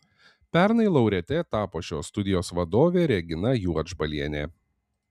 pernai laureate tapo šios studijos vadovė regina juodžbalienė